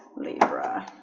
libra